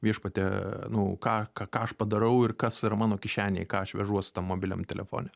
viešpatie nu ką ką aš padarau ir kas yra mano kišenėj ką aš vežuos tam mobiliam telefone